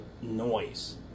noise